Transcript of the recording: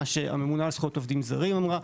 שהממונה על זכויות עובדים זרים אמרה,